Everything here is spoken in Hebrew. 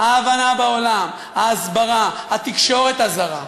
ההבנה בעולם, ההסברה, התקשורת הזרה.